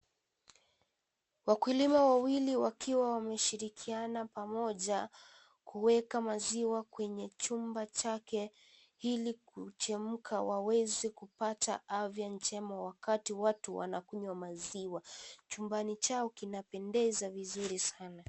Wakulima wawili wakiwa wameshirikiana pamoja, kuweka maziwa kwenye chumba chake, ili kuchemka waweze kupata afya njema wakati watu wanakunywa maziwa. Chumbani chao kinapendeza vizuri sana.